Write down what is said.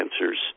answers